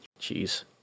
jeez